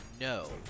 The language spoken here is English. No